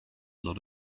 lot